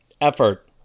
effort